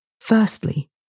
Firstly